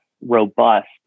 robust